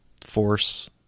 force